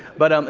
but um